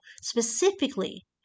specifically